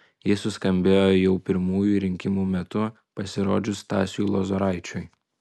ji suskambėjo jau pirmųjų rinkimų metu pasirodžius stasiui lozoraičiui